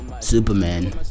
superman